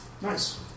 Nice